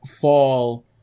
fall